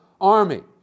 army